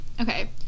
Okay